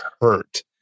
hurt